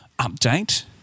update